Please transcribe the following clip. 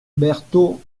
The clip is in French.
berthault